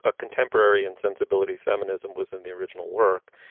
ah contemporary and sensibility feminism was in the original work